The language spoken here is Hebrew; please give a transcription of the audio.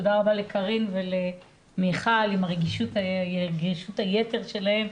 תודה רבה לקארין ולמיכל עם רגישות היתר שלהן,